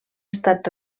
estat